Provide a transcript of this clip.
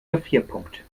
gefrierpunkt